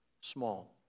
Small